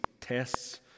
tests